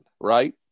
right